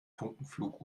funkenflug